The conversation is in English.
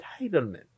entitlement